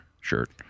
shirt